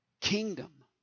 kingdom